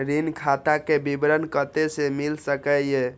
ऋण खाता के विवरण कते से मिल सकै ये?